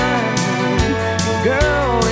Girl